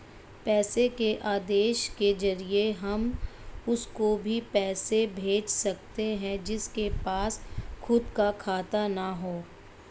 पैसे के आदेश के जरिए हम उसको भी पैसे भेज सकते है जिसके पास खुद का खाता ना हो